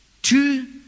Two